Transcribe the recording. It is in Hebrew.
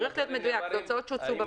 צריך להיות מדויק: הוצאות שהוצאו בפועל.